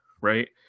right